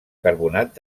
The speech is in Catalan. carbonat